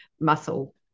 muscle